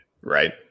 Right